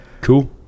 cool